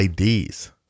IDs